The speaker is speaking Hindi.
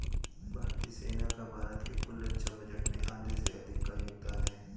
भारतीय सेना का भारत के कुल रक्षा बजट में आधे से अधिक का योगदान है